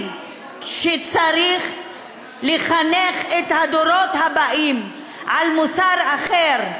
שצריך לחנך את הדורות הבאים על מוסר אחר,